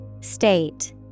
State